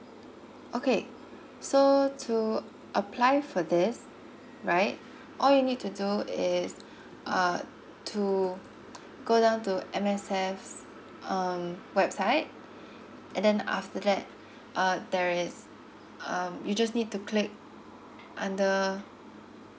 okay so to apply for this right all you need to do is uh to go down to M_S_F um website and then after that uh there is um you just need to click under